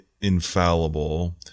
infallible